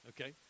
okay